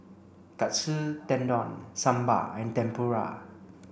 Katsu Tendon Sambar and Tempura